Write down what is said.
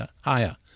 higher